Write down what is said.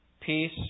peace